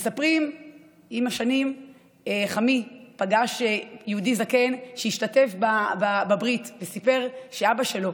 מספרים שעם השנים חמי פגש יהודי זקן שהשתתף בברית וסיפר שאבא שלו,